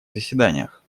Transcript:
заседаниях